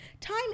Time